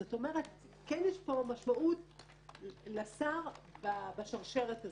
זאת אומרת, כן יש פה משמעות לשר בשרשרת הזאת,